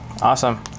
Awesome